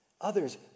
others